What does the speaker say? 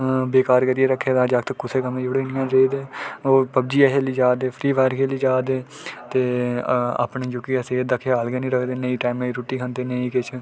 बेकार करियै रक्खे दा ऐ जागत कुसै कम्में जुड़े निं हैन रेह् दे होर पब्बजी गै खेल्ली जा 'रदे होर फ्री फायर खेल्ली जा दे ते अपनी जोह्की सेह्त दा ख्याल गै निं रखदे नेईं टैमें दी रुट्टी खंदे नेईं किश